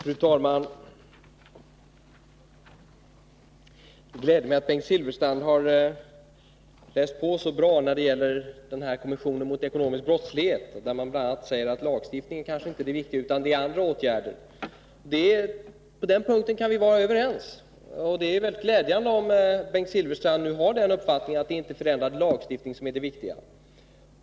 Fru talman! Det gläder mig att Bengt Silfverstrand har läst på så bra när det gäller kommissionen mot ekonomisk brottslighet. Kommissionen säger bl.a. att lagstiftning inte är det viktiga, utan att det är andra åtgärder som måste vidtas. På den punkten kan vi vara överens. Det är mycket glädjande om Bengt Silfverstrand har uppfattningen att det inte är förändring av lagstiftningen som är det viktiga.